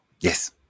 Yes